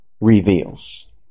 Reveals